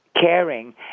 caring